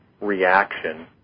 reaction